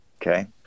Okay